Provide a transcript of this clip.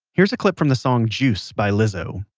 here's a clip from the song juice by lizzo.